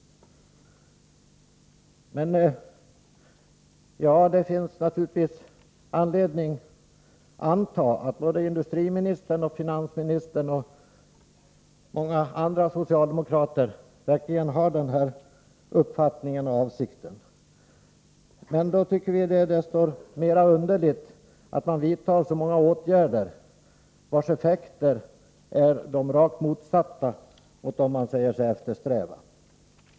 Det finns naturligtvis anledning att anta att både industriministern och finansministern samt många andra socialdemokrater verkligen har denna uppfattning. Men då tycker vi att det är desto mer underligt att man vidtar så många åtgärder vilkas effekter är rakt motsatta dem man säger sig eftersträva.